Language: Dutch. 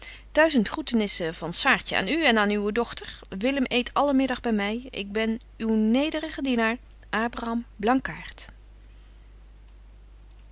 groetenissen van saartje aan u en aan uwe dochter willem eet alle middag by my ik ben uw nederige